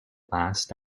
last